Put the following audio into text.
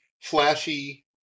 flashy